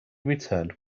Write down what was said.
returned